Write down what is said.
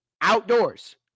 outdoors